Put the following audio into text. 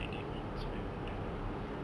like damagedby water